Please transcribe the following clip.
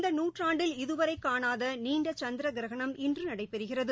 இந்த நூற்றாண்டில் இதுவரைகாணாதநீண்டசந்திரகிரகணம் இன்றுநடைபெறுகிறது